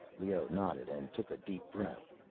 leoh nodded and took a deep breath.